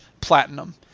platinum